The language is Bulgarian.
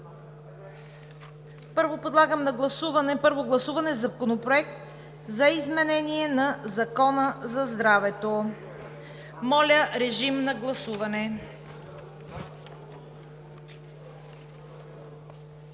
Първо, подлагам на първо гласуване Законопроекта за изменение на Закона за здравето. Моля, режим на гласуване.